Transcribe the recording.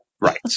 Right